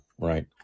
right